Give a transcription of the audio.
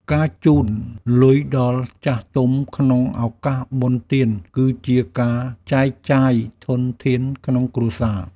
ការជូនលុយដល់ចាស់ទុំក្នុងឱកាសបុណ្យទាន គឺជាការចែកចាយធនធានក្នុងគ្រួសារ។